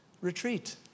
Retreat